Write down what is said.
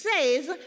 says